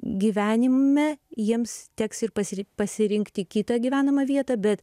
gyvenime jiems teks ir pasi pasirinkti kitą gyvenamą vietą bet